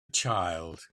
child